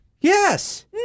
Yes